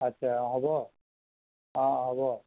আছে অ' হ'ব অ' হ'ব